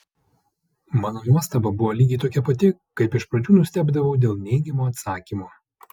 mano nuostaba buvo lygiai tokia pati kaip iš pradžių nustebdavau dėl neigiamo atsakymo